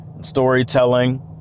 storytelling